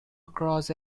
across